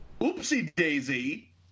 oopsie-daisy